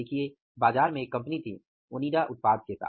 देखिये बाज़ार में एक कंपनी थी ओनिडा उत्पाद के साथ